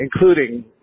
including